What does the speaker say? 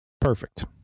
Perfect